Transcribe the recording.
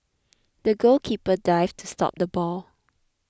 the goalkeeper dived to stop the ball